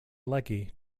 lucky